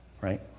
Right